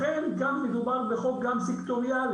לכן גם מדובר בחוק גם סקטוריאלי.